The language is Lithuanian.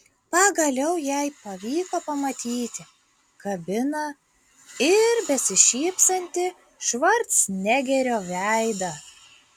pagaliau jai pavyko pamatyti kabiną ir besišypsantį švarcnegerio veidą